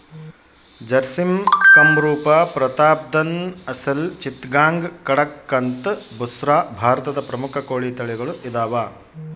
ಜರ್ಸಿಮ್ ಕಂರೂಪ ಪ್ರತಾಪ್ಧನ್ ಅಸೆಲ್ ಚಿತ್ತಗಾಂಗ್ ಕಡಕಂಥ್ ಬುಸ್ರಾ ಭಾರತದ ಪ್ರಮುಖ ಕೋಳಿ ತಳಿಗಳು ಇದಾವ